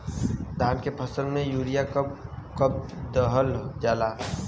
धान के फसल में यूरिया कब कब दहल जाला?